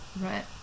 Right